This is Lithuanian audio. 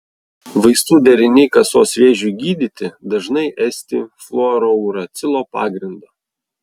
vaistų deriniai kasos vėžiui gydyti dažnai esti fluorouracilo pagrindo